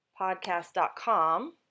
podcast.com